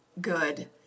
good